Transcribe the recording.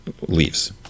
leaves